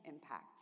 impact